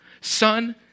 Son